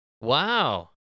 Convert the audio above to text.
Wow